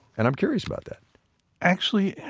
and i'm curious about that actually,